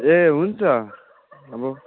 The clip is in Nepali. ए हुन्छ अब